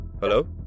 Hello